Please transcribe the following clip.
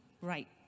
right